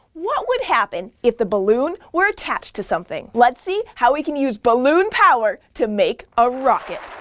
what would happen if the balloon were attached to something? let's see how we can use balloon power to make a rocket!